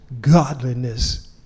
godliness